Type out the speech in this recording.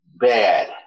bad